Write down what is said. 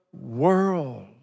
world